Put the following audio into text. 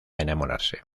enamorarse